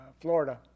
Florida